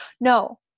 No